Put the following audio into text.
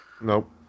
Nope